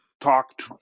talked